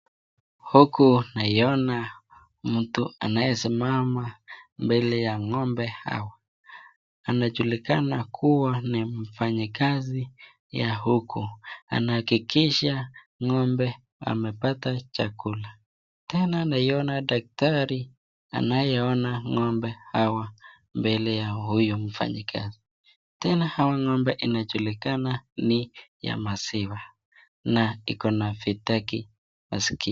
Huku naiyona mtu anayesimama mbele ya ngo'mbe hawa, anajulikana kuwa ni mfanyikazi ya huko anaakikisha ngo'mbe amepata chakula, tena naiyona daktari anayeona ngo'mbe hawa mbele ya huyu mfanyikazi tena hawa ngo'mbe inajulikana ni ya maziwa na ikona vitaki masikioni.